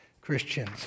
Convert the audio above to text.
Christians